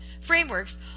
frameworks